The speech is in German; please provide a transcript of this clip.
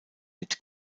mit